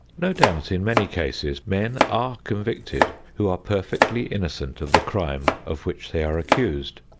no doubt, in many cases, men are convicted who are perfectly innocent of the crime of which they are accused.